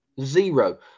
Zero